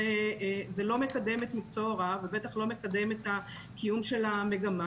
זה לא מקדם את מקצוע ההוראה ובטח לא מקדם את קיום המגמה,